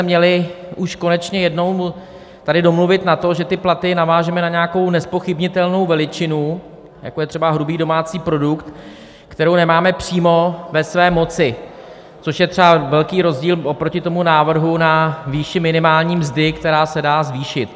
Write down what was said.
Měli bychom se už konečně jednou tady domluvit na tom, že ty platy navážeme na nějakou nezpochybnitelnou veličinu, jako je třeba hrubý domácí produkt, kterou nemáme přímo ve své moci, což je třeba velký rozdíl oproti tomu návrhu na výši minimální mzdy, která se dá zvýšit.